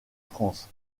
france